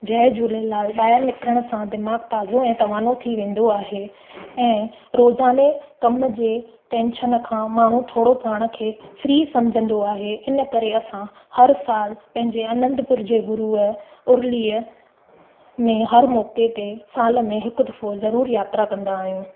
जय झूलेलाल ॿाहिरि निकिरण सां दिमाग़ु ताज़ो ऐं तवानो थी वेंदो आहे ऐं रोज़ाने कम जे टेंशन खां माण्हू थोरो पाण खे फ्री सम्झंदो आहे हिन करे असां हर सालु पंहिंजे अनंदपुर जे गुरुअ उर्लीअ में हर मौके ते साल में हिकु दफ़ो ज़रूर यात्रा कंदा आहियूं